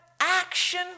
action